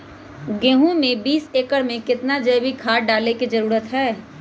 गेंहू में बीस एकर में कितना जैविक खाद डाले के जरूरत है?